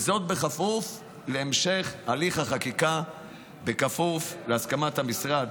וזאת בכפוף להמשך הליך החקיקה בכפוף להסכמת המשרד.